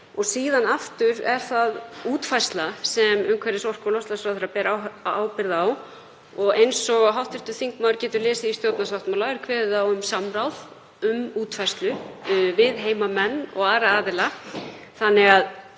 og síðan aftur er það útfærsla sem umhverfis-, orku- og loftslagsráðherra ber ábyrgð á og eins og hv. þingmaður getur lesið í stjórnarsáttmála er kveðið á um samráð um útfærslu við heimamenn og aðra aðila